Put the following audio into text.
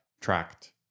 tracked